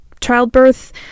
childbirth